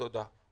תודה.